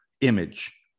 image